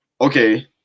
Okay